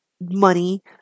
money